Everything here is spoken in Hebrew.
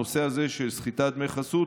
הנושא הזה של סחיטת דמי חסות,